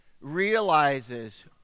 realizes